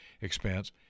expense